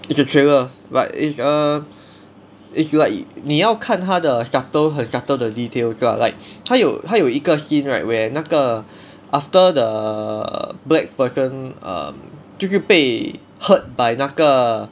it's a thriller but it's a it's like 你要看他的 subtle subtle 的 details lah like 它有它有一个 scene right where 那个 after the black person um 就是被 hurt by 那个